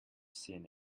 seen